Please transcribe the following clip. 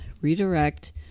redirect